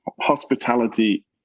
hospitality